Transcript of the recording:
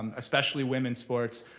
um especially women's sports,